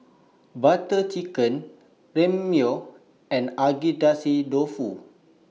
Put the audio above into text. Butter Chicken Ramyeon and Agedashi Dofu